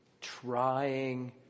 trying